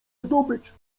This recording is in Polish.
zdobycz